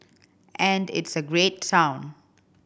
and it's a great